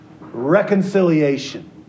reconciliation